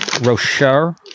Rocher